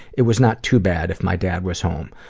it was not too bad if my dad was home.